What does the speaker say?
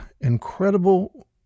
incredible